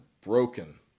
broken